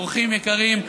אורחים יקרים,